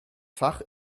fach